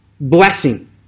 blessing